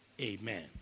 amen